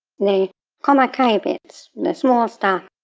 the komakai bits, the small stuff,